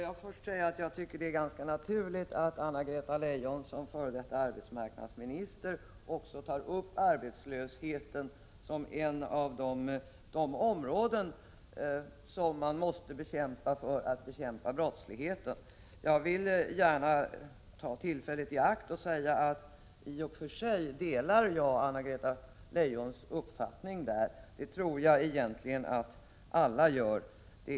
Herr talman! Får jag först säga att det är ganska naturligt att Anna-Greta Leijon som f.d. arbetsmarknadsminister också tar upp arbetslösheten som ett av de områden som måste beaktas för att man samtidigt skall kunna bekämpa brottsligheten. Jag vill gärna ta tillfället i akt att säga att jag i och för sig delar Anna-Greta Leijons uppfattning på denna punkt. Jag tror egentligenatt alla gör det.